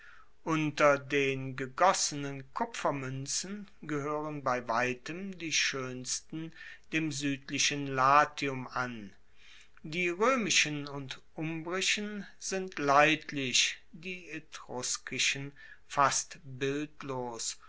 unter den gegossenen kupfermuenzen gehoeren bei weitem die schoensten dem suedlichen latium an die roemischen und umbrischen sind leidlich die etruskischen fast